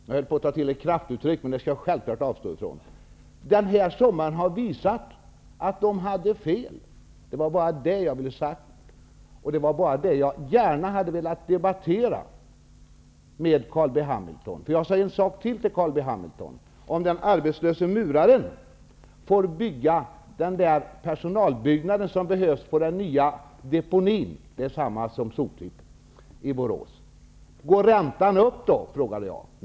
Jag höll på att ta till ett kraftuttryck, men det skall jag självfallet avstå från. Under sommaren visade det sig att de hade fel. Det var bara det jag ville säga, och det var det jag gärna hade velat debattera med Carl B Hamilton. Jag sade en annan sak till Carl B Hamilton: Om den arbetslöse muraren får bygga den där personalbyggnaden som behövs på den nya deponin -- det är detsamma som soptipp -- i Borås, går då räntan upp?